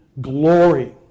glory